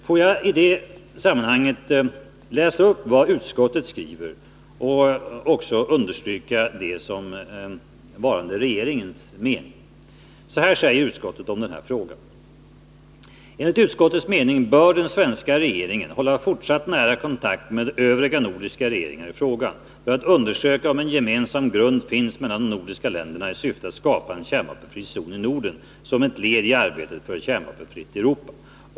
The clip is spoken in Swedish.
Låt mig i det sammanhanget läsa upp vad utskottet skriver och också understryka det som varande regeringens mening: ”Enligt utskottets mening bör den svenska regeringen hålla fortsatt nära kontakt med övriga nordiska regeringar i frågan, för att undersöka om en gemensam grund finns mellan de nordiska länderna i syfte att skapa en kärnvapenfri zon i Norden som ett led i arbetet för ett kärnvapenfritt Europa.